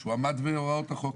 שהוא עמד בהוראות החוק.